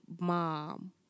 mom